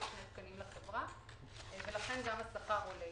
עוד שני תקנים לחברה ולכן גם השכר עולה.